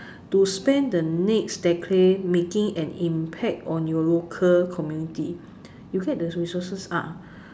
to spend the next decade making an impact on your local community you get the resources ah